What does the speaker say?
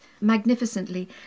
magnificently